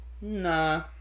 nah